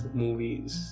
movies